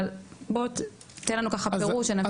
אבל בוא תן לנו ככה פירוש שנבין.